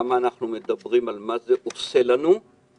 כמה אנחנו מדברים על מה שזה עושה לנו וכמה